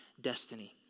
destiny